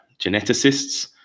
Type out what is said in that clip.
geneticists